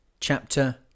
Chapter